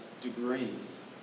degrees